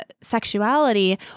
sexuality